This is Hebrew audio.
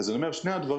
אז אני אומר ששני הדברים,